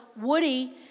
Woody